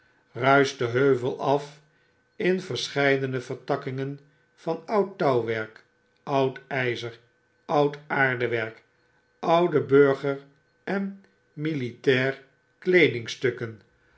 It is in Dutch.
ruischt den heuvel af in verscheidene vertakkingen van oud touwwerk oud tjzer oud aardewerk oude burgeren militairkleedingstukken